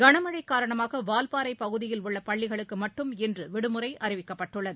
களமழை காரணமாக வால்பாறை பகுதியில் உள்ள பள்ளிகளுக்கு மட்டும் இன்று விடுமுறை அறிவிக்கப்பட்டள்ளது